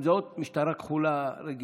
אם זה עוד משטרה כחולה רגילה,